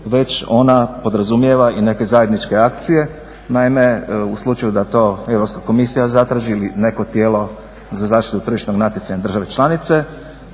već ona podrazumijeva i neke zajedničke akcije. Naime, u slučaju da to Europska komisija zatraži ili neko tijelo za zaštitu tržišnog natjecanja države članice